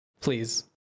Please